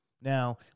Now